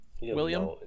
William